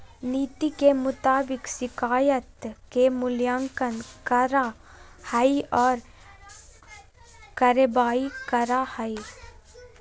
नीति के मुताबिक शिकायत के मूल्यांकन करा हइ और कार्रवाई करा हइ